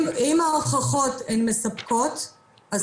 אם ההוכחות הן מספקות אז כן.